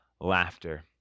laughter